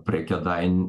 prie kėdain